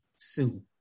Sue